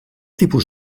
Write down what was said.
tipus